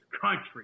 country